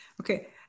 Okay